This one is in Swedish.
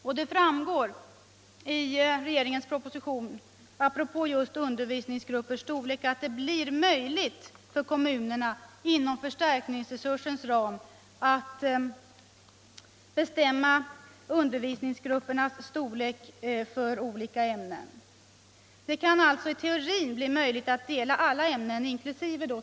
Och det framgår av propositionen apropå just undervisningsgruppernas storlek att kommunerna skall kunna inom förstärkningsresursens ram bestämma dessa gruppers storlek för olika ämnen. Det kan alltså i teorin bli möjligt att dela alla ämnen inkl.